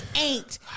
Aint